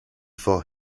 for